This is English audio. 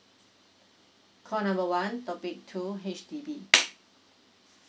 call number one topic two H_D_B